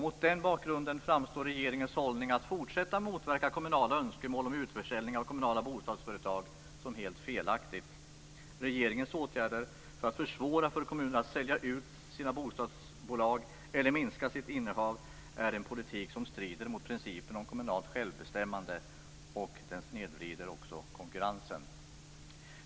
Mot den bakgrunden framstår regeringens hållning att fortsätta motverka kommunala önskemål om utförsäljning av kommunala bostadsföretag som helt felaktig. Regeringens åtgärder för att försvåra för kommuner att sälja ut sina bostadsbolag eller minska sitt lägenhetsinnehav är en politik som strider mot principen om kommunalt självbestämmande. Den snedvrider också konkurrensen.